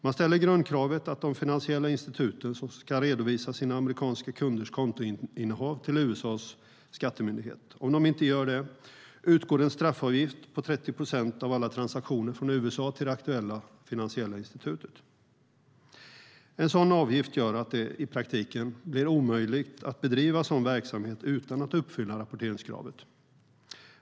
Man ställer grundkravet att de finansiella instituten ska redovisa sina amerikanska kunders kontoinnehav till USA:s skattemyndighet. Om de inte gör det utgår en straffavgift på 30 procent av alla transaktioner från USA till det aktuella institutet. En sådan avgift gör att det i praktiken blir omöjligt att bedriva sådan verksamhet utan att uppfylla rapporteringskravet.